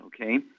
okay